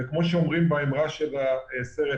כמו שאומרים באמירה של הסרט,